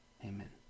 Amen